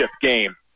game